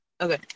Okay